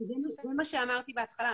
זה מה שאמרתי בהתחלה,